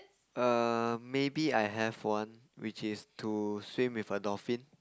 err maybe I have one which is to swim with a dolphin